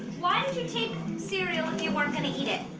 why did you take cereal if you weren't gonna eat it?